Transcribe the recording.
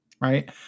Right